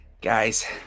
guys